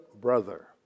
brother